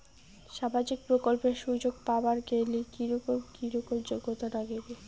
সামাজিক প্রকল্পের সুযোগ পাবার গেলে কি রকম কি রকম যোগ্যতা লাগিবে?